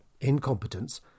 incompetence